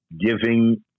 giving